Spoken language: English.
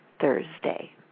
Thursday